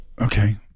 Okay